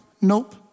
nope